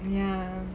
ya